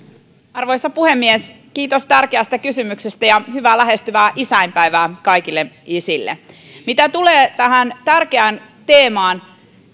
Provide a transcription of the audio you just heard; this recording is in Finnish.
arvoisa puhemies kiitos tärkeästä kysymyksestä ja hyvää lähestyvää isänpäivää kaikille isille mitä tulee tähän tärkeään teemaan